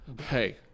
hey